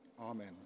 Amen